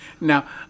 Now